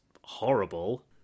horrible